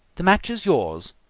the match is yours,